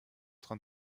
train